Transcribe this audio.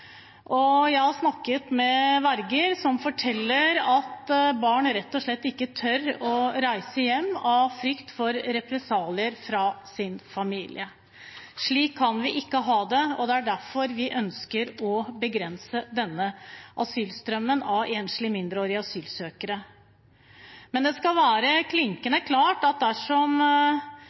Jeg har snakket med verger som forteller at barn rett og slett ikke tør å reise hjem av frykt for represalier fra sin familie. Slik kan vi ikke ha det, og det er derfor vi ønsker å begrense denne strømmen av enslige mindreårige asylsøkere. Det skal være klinkende klart at dersom